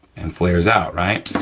and flares out, right?